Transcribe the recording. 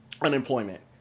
unemployment